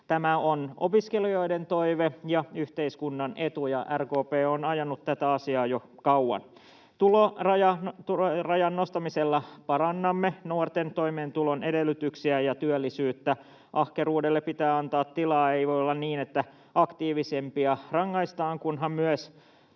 Tämä on opiskelijoiden toive ja yhteiskunnan etu, ja RKP on ajanut tätä asiaa jo kauan. Tulorajan nostamisella parannamme nuorten toimeentulon edellytyksiä ja työllisyyttä. Ahkeruudelle pitää antaa tilaa, eikä voi olla niin, että aktiivisimpia rangaistaan — kunhan myös